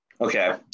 okay